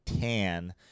tan